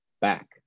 back